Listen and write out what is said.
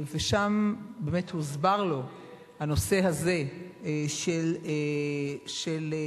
ושם באמת הוסבר לו הנושא הזה של הזכאות